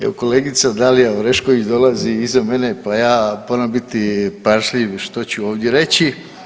Evo kolegica Dalija Orešković dolazi iza mene pa ja moram biti pažljiv što ću ovdje reći.